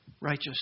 righteous